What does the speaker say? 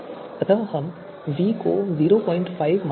अतः यहाँ हम v को 05 मान रहे हैं